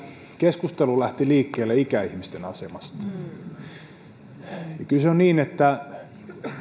keskustelu lähti liikkeelle ikäihmisten asemasta kyllä se on niin että